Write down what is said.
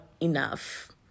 enough